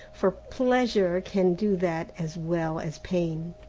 for pleasure can do that as well as pain.